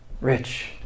rich